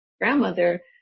grandmother